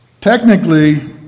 Technically